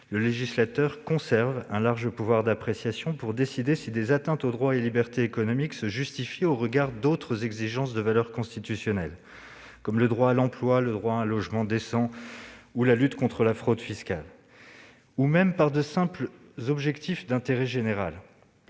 Le législateur conserve un large pouvoir d'appréciation pour décider si des atteintes aux droits et libertés économiques se justifient, au regard d'autres exigences de valeur constitutionnelle- comme le droit à l'emploi, le droit à un logement décent, la lutte contre la fraude fiscale -, ou même par de simples objectifs d'intérêt général.